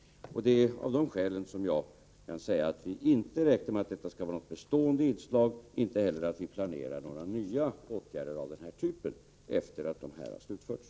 Det är av de skälen som jag kan säga att vi inte räknar med att detta skall vara något bestående inslag. Inte heller planerar vi några nya åtgärder av den här typen efter det att arbetet med anledning av redan beslutade åtgärder har slutförts.